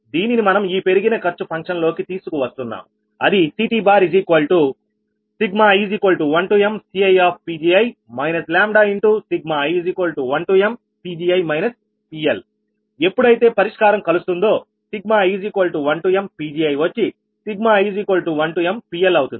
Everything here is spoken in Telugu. దీనిని మనం ఈ పెరిగిన ఖర్చు ఫంక్షన్ లోకి తీసుకువస్తున్నాము అది CTi1mCi λi1mPgi PLఎప్పుడైతే పరిష్కారం కలుస్తుందో i1mPgi వచ్చి i1mPLఅవుతుంది